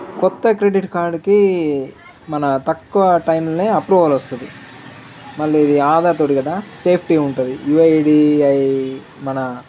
కొత్త క్రెడిట్ కార్డుకి మన తక్కువ టైంలనే అప్రూవల్ వస్తుంది మళ్ళీ ఇది ఆదా తోటి కదా సేఫ్టీ ఉంటుంది యు ఐ డి ఐ మన